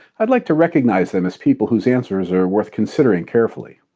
i'd like to recognize them as people whose answers are worth considering carefully.